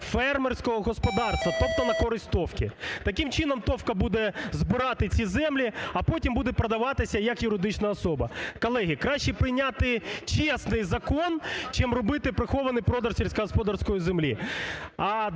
фермерського господарства, тобто, на користь ТОВки. Таким чином, ТОВка буде збирати ці землі, а потім буде продаватися як юридична особа. Колеги, краще прийняти чесний закон, чим робити прихований продаж сільськогосподарської землі. А